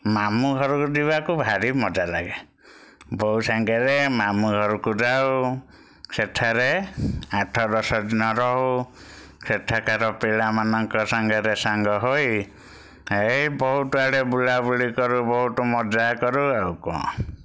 ମାମୁଁ ଘରକୁ ଯିବାକୁ ଭାରି ମଜା ଲାଗେ ବୋଉ ସାଙ୍ଗରେ ମାମୁଁ ଘରକୁ ଯାଉ ସେଠାରେ ଆଠ ଦଶ ଦିନ ରହୁ ସେଠାକାର ପିଲାମାନଙ୍କ ସାଙ୍ଗରେ ସାଙ୍ଗ ହୋଇ ଏଇ ବହୁତ ଆଡ଼େ ବୁଲାବୁଲି କରୁ ବହୁତ ମଜାକରୁ ଆଉ କ'ଣ